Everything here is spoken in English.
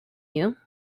you